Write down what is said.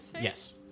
Yes